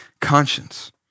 conscience